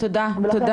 תודה.